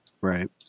right